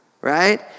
right